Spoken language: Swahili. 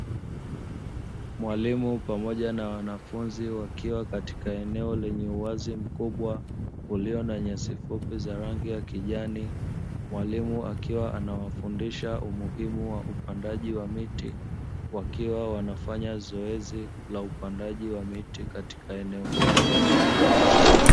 Walimu pamoja na wanafunzi wakiwa katika eneo lenye uwazi mkubwa, lililo na nyasi fupi za rangi ya kijani. Mwalimu akiwa anawafundisha umuhimu wa upandaji wa miti, wakiwa wanafanya zoezi la upandaji wa miti katika eneo hilo.